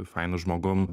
fainu žmogum